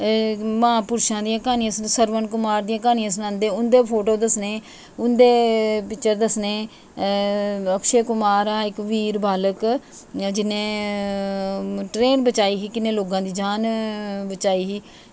मां स्हानू सरवन कुमार दियां क्हानियां सनांदे ओह् फोटो दस्सने उंदे पिक्चर दस्सने अक्षय कुमार हा इक्क कबीर बालक जिन्ने ट्रेन बचाई ही किन्ने लोकें दी जान बचाई ही